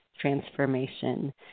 transformation